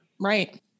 Right